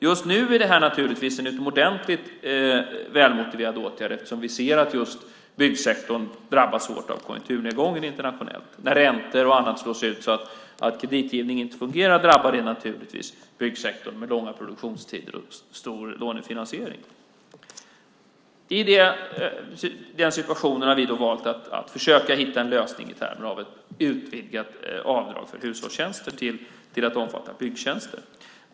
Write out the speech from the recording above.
Just nu är detta en utomordentligt välmotiverad åtgärd eftersom vi ser att just byggsektorn drabbas hårt av konjunkturnedgången internationellt. När räntor och annat slås ut så att kreditgivningen inte fungerar drabbar det naturligtvis byggsektorn med långa produktionstider och stor lånefinansiering. I den situationen har vi valt att försöka hitta en lösning i termer av ett utvidgat avdrag för hushållstjänster till att omfatta också byggtjänster.